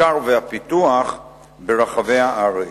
המחקר והפיתוח, ברחבי הארץ.